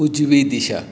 उजवी दिशा